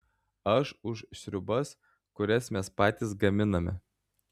aš už sriubas kurias mes patys gaminame